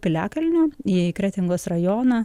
piliakalnio į kretingos rajoną